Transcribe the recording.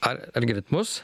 ar ar girdit mus